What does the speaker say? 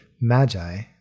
magi